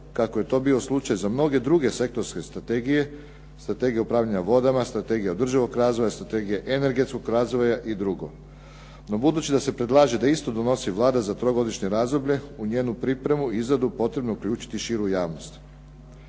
kako je to bio slučaj za mnoge druge sektorske strategije, strategije upravljanja vodama, strategija održivog razvoja, strategija energetskog razvoja i drugo. No budući da se predlaže da isto donosi Vlada za trogodišnje razdoblje, u njenu pripremu i izradu potrebno je uključiti širu javnost.